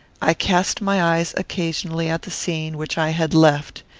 i cast my eyes occasionally at the scene which i had left.